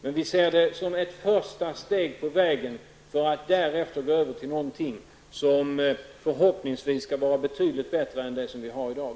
Men vi ser det som ett första steg på vägen för att därefter gå över till något som förhoppningsvis skall vara betydigt bättre än det som vi har i dag.